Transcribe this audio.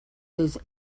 this